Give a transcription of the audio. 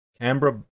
Canberra